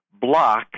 block